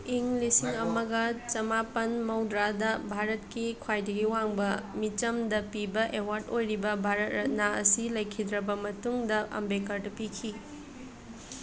ꯏꯪ ꯂꯤꯁꯤꯡ ꯑꯃꯒ ꯆꯃꯥꯄꯟ ꯃꯧꯗ꯭ꯔꯥꯗ ꯚꯥꯔꯠꯀꯤ ꯈ꯭ꯋꯥꯏꯗꯒꯤ ꯋꯥꯡꯕ ꯃꯤꯆꯝꯗ ꯄꯤꯕ ꯑꯦꯋꯥꯔꯗ ꯑꯣꯏꯔꯤꯕ ꯚꯥꯔꯠ ꯔꯠꯅꯥ ꯑꯁꯤ ꯂꯩꯈꯤꯗ꯭ꯔꯕ ꯃꯇꯨꯡꯗ ꯑꯝꯕꯦꯗꯀꯔꯗ ꯄꯤꯈꯤ